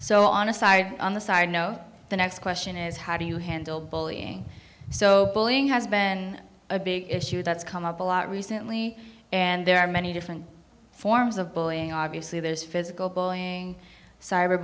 so on a side on the side no the next question is how do you handle bullying so bullying has been a big issue that's come up a lot recently and there are many different forms of bullying obviously there's physical bullying cyber